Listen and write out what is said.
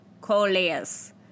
coleus